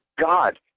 God